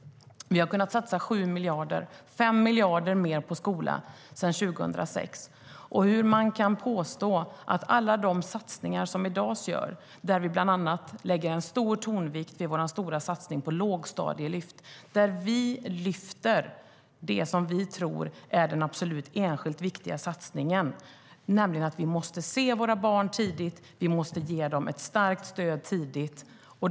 Vi har kunnat satsa 5 miljarder mer på skolan sedan 2006. Av alla de satsningar som i dag görs lägger vi bland annat stor tonvikt vid vår stora satsning på lågstadielyft. Det som vi tror är den enskilt absolut viktigaste satsningen är att ge våra barn ett starkt stöd tidigt.